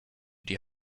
die